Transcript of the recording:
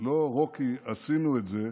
לא "רוקי, עשינו את זה",